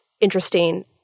interesting